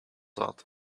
out